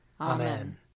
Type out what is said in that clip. Amen